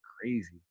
crazy